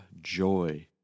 joy